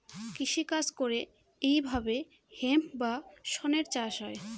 কৃষি কাজ করে এইভাবে হেম্প বা শনের চাষ হয়